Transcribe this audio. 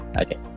okay